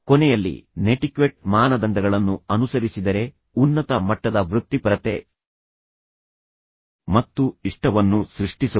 ಕೊನೆಯಲ್ಲಿ ನೆಟಿಕ್ವೆಟ್ ಮಾನದಂಡಗಳನ್ನು ಅನುಸರಿಸಿದರೆ ಉನ್ನತ ಮಟ್ಟದ ವೃತ್ತಿಪರತೆ ಮತ್ತು ಇಷ್ಟವನ್ನು ಸೃಷ್ಟಿಸಬಹುದು